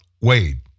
Wade